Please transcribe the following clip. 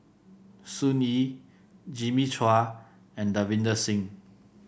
Sun Yee Jimmy Chua and Davinder Singh